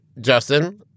Justin